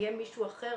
יהיה מישהו אחר